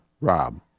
Rob